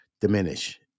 diminish